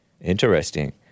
Interesting